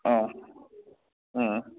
ꯑꯥ ꯎꯝ ꯎꯝ